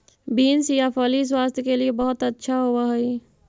beans या फली स्वास्थ्य के लिए बहुत अच्छा होवअ हई